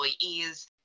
employees